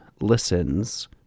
listens